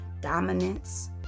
dominance